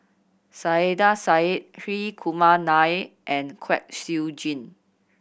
Saiedah Said Hri Kumar Nair and Kwek Siew Jin